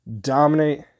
dominate